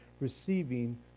receiving